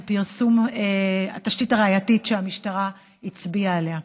עם פרסום התשתית הראייתית שהמשטרה הצביעה עליה.